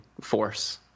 force